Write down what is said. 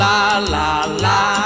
La-la-la